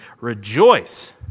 rejoice